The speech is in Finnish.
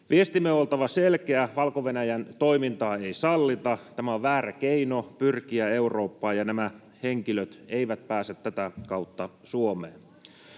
Viestimme on oltava selkeä: Valko-Venäjän toimintaa ei sallita. Tämä on väärä keino pyrkiä Eurooppaan, ja nämä henkilöt eivät pääse tätä kautta Suomeen.